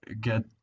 get